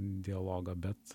dialogą bet